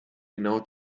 genau